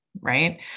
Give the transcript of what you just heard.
right